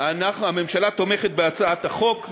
הממשלה תומכת בהצעת החוק.